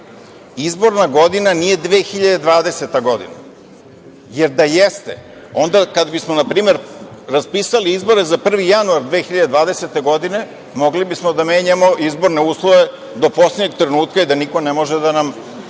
Izborna godina nije 2020. godina, jer da jeste, onda kada bismo, na primer, raspisali izbore za 1. januar 2020. godine, mogli bismo da menjamo izborne uslove do poslednjeg trenutka i da niko ne može da na